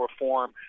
reform